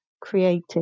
created